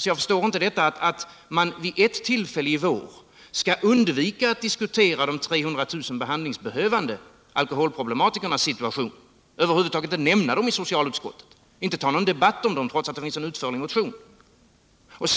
Och då förstår jag inte att man vid ett sådant tillfälle som detta skall undvika att diskutera de 300 000 behandlingsbehövande alkoholproblematikernas situation. De nämns ju över huvud taget inte i socialutskottets betänkande, och man har inte tagit upp någon debatt om dem, trots att det finns en utförlig motion